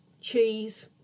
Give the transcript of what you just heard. cheese